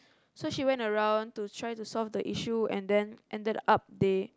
so she went around to try to solve the issue and then ended up they